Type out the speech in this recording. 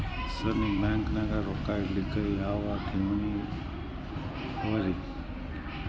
Sir ನಿಮ್ಮ ಬ್ಯಾಂಕನಾಗ ರೊಕ್ಕ ಇಡಲಿಕ್ಕೆ ಯಾವ್ ಯಾವ್ ಠೇವಣಿ ಅವ ರಿ?